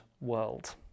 world